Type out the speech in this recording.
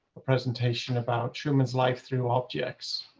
a presentation about truman's life through objects.